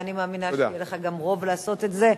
ואני מאמינה שיהיה לך גם רוב לעשות את זה.